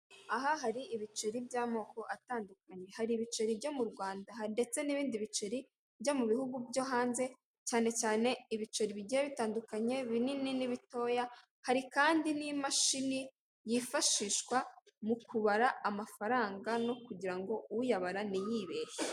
Aha hari ibiceri by'amoko atandukanye, hari ibiceri byo mu Rwanda ndetse n'ibindi biceri byo mu bihugu byo hanze cyane cyane ibiceri bigera bitandukanye binini n'ibitoya, hari kandi n'imashini yifashishwa mu kubara amafaranga no kugira ngo uyabara ntiyibeshye.